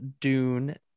Dune